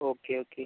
okay okay